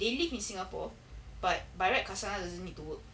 they live in singapore but by right kasanaz doesn't need to work